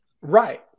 Right